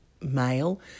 male